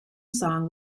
song